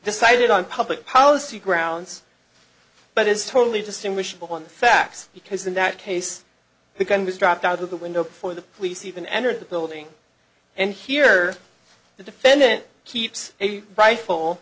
decided on public policy grounds but is totally distinguishable on the facts because in that case the gun was dropped out of the window before the police even entered the building and here the defendant keeps a rifle